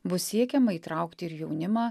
bus siekiama įtraukti ir jaunimą